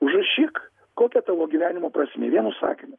užrašyk kokia tavo gyvenimo prasmė vienu sakiniu